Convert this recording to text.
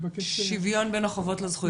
שוויון בין החובות לזכויות.